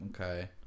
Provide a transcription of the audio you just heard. okay